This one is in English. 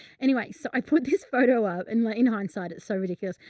anyway, so i put this photo up and like in hindsight, it's so ridiculous.